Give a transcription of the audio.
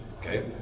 okay